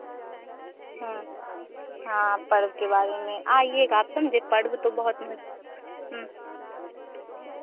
हाँ हाँ पर्व के बारे में आईएगा आप समझें पर्व वह तो बहुत महत